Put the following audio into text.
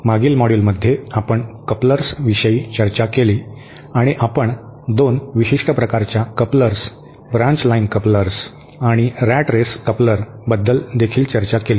मागील मॉड्यूलमध्ये आपण कपलर्स विषयी चर्चा केली आणि आपण 2 विशिष्ट प्रकारच्या कपलर्स ब्रांच लाइन कपलर्स आणि रॅट रेस कपलर बद्दल देखील चर्चा केली